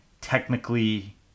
technically